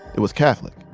it was catholic.